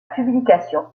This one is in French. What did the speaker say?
publication